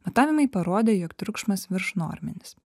matavimai parodė jog triukšmas viršnorminis